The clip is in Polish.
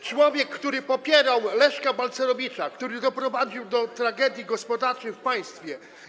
Człowiek, który popierał Leszka Balcerowicza, który doprowadził do tragedii gospodarczej w państwie.